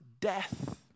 Death